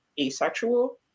asexual